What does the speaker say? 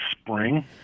spring